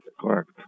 Correct